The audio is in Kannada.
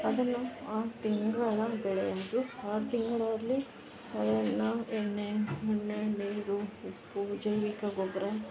ಅದನ್ನು ಆ ತಿಂಗಳ ಬೆಳೆ ಎಂದು ಆರು ತಿಂಗಳಲ್ಲಿ ಅದನ್ನು ಎಣ್ಣೆ ಮಣ್ಣು ಎಣ್ಣೆ ಹೊಯ್ದು ಉಪ್ಪು ಜೈವಿಕ ಗೊಬ್ಬರ